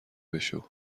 بشو